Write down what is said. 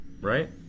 right